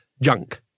junk